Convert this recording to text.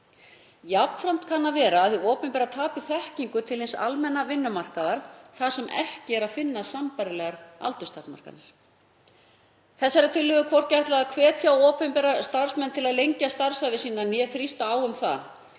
Jafnframt kann að vera að hið opinbera tapi þekkingu til hins almenna vinnumarkaðar þar sem ekki er að finna sambærilegar aldurstakmarkanir. Tillögu þessari er hvorki ætlað að hvetja opinbera starfsmenn til að lengja starfsævi sína né þrýsta á um það